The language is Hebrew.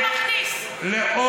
למה את מכפיש?